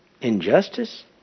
Injustice